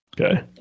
Okay